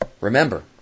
Remember